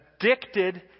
addicted